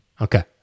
Okay